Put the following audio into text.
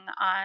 on